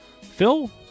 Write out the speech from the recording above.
Phil